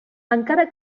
encara